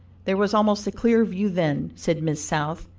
there was almost a clear view then, said miss south,